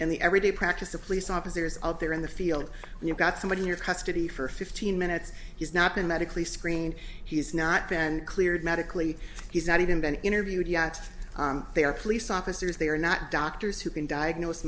in the everyday practice of police officers out there in the field when you've got somebody in your custody for fifteen minutes he's not been medically screened he's not been cleared medically he's not even been interviewed yet they are police officers they are not doctors who can diagnose